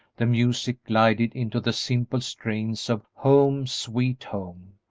the music glided into the simple strains of home, sweet home.